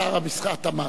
שר התמ"ת,